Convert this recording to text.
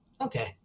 Okay